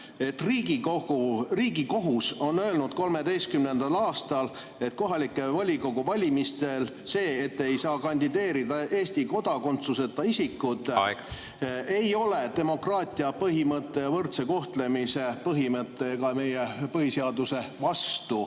Riigikohus on öelnud 2013. aastal, et see, et kohaliku volikogu valimistel ei saa kandideerida Eesti kodakondsuseta isikud … Aeg! Aeg! … ei ole demokraatia põhimõtte ja võrdse kohtlemise põhimõtte ega meie põhiseaduse vastu.